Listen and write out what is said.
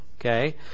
Okay